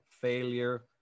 failure